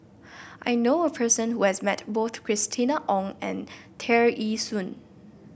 I knew a person who has met both Christina Ong and Tear Ee Soon